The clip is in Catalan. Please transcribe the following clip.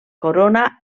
corona